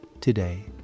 today